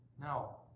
Now